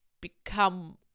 become